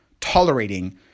tolerating